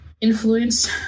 influence